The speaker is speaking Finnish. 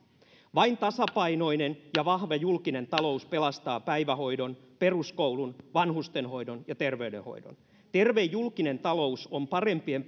vain tasapainoinen ja vahva julkinen talous pelastaa päivähoidon peruskoulun vanhustenhoidon ja terveydenhoidon terve julkinen talous on parempien